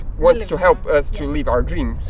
wants to help us to live our dreams